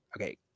Okay